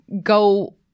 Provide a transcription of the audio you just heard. go